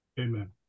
Amen